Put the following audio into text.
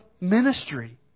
ministry